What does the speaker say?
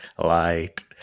light